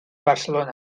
barcelona